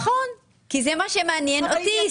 נכון, כי זה מה שמעניין אותי.